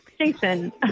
Jason